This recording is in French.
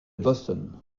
boston